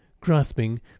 grasping